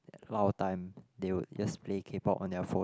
a lot of time they would just play K-Pop on their phone